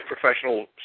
professional